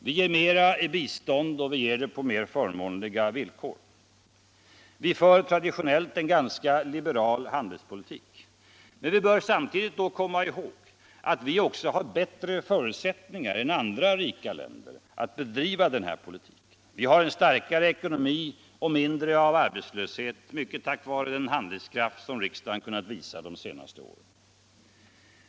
Vi ger mer 1 bistånd och vi ger vårt bistånd på förmånligare villkor. Vi för traditionellt en ganska liberal handelspolitik. Men vi bör samtidigt komma ihåg utt vi också har bättre förutsättningar än andra rika länder att bedriva denna politik. Vi har en starkare ekonomi och mindre av arbetslöshet, mycket tack vare den handlingskraft riksdagen visat de senaste åren.